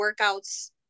workouts